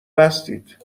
بستید